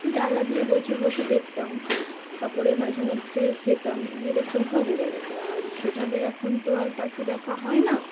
জানলা দিয়ে বসে বসে দেখতাম তারপরে মাঝে মধ্যে যেতাম গিয়ে দেখতাম সব উড়ে গেছে আর সেভাবে এখন তো আর পাখি দেখা হয় না